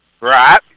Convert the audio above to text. Right